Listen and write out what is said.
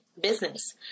business